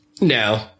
No